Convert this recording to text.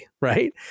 right